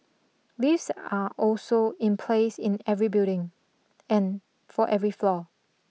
lifts are also in place in every building and for every floor